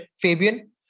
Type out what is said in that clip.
Fabian